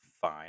fine